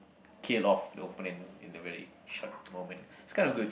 kill off the opponent in a very short moment it's kind of good